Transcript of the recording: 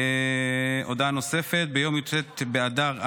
הודעה נוספת: ביום י"ט באדר א'